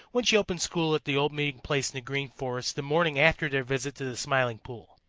when she opened school at the old meeting place in the green forest the morning after their visit to the smiling pool.